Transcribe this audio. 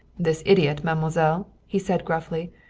this idiot, mademoiselle, he said gruffly,